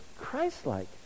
Christ-like